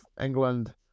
England